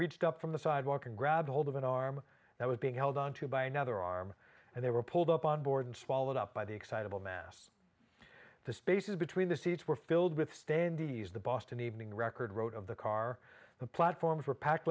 reached up from the sidewalk and grabbed hold of an arm that was being held onto by another arm and they were pulled up on board and swallowed up by the excitable mass the spaces between the seats were filled with standees the boston evening record rode of the car the platforms were packed